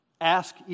Ask